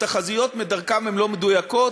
תחזיות מדרכן הן לא מדויקות.